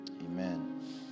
Amen